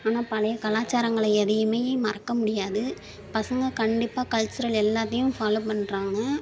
ஆனால் பழைய கலாச்சாரங்களை எதையும் மறக்க முடியாது பசங்கள் கண்டிப்பாக கல்சுரல் எல்லாத்தையும் ஃபாலோ பண்ணுறாங்க